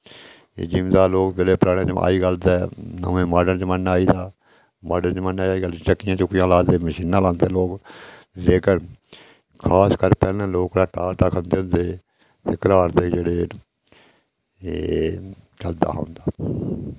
एह् जिम्मेदार लोक जेह्ड़े पराने अज्जकल ते नमें माडर्न जमाना आई दा माडर्न जमाने च अज्जकल चक्कियां चुक्कियां ला दे मशीनां लांदे लोक लेकिन खासकर पैह्लैं लोक घराटा दा आटा खंदे होंदे हे ते घराट दे जेह्ड़े न एह् चलदा होंदा